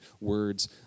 words